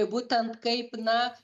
būtent kaip na